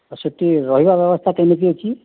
ସେଠି ରହିବା ବ୍ୟବସ୍ଥା କେମିତି ଅଛି